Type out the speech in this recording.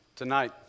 Tonight